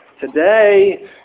today